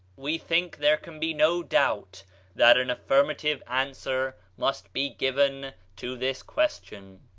we think there can be no doubt that an affirmative answer must be given to this question.